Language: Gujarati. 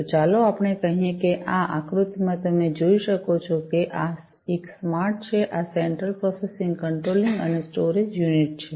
તો ચાલો આપણે કહીએ કે આ આકૃતી માં તમે જોઈ શકો છો કે આ એક સ્માર્ટ છે આ સેન્ટ્રલ પ્રોસેસિંગ કંટ્રોલિંગ અને સ્ટોરેજ યુનિટ છે